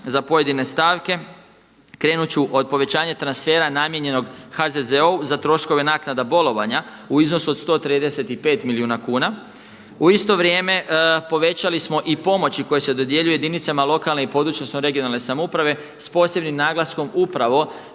za pojedine stavke, krenut ću od povećanja transfera namijenjenog HZZO-u za troškove naknada bolovanja u iznosu od 135 milijuna kuna. U isto vrijeme povećali smo i pomoći koje se dodjeljuje jedinicama lokalne i područne, odnosno regionalne samouprave s posebnim naglaskom upravo